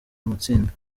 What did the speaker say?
matsinda